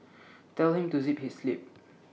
tell him to zip his lip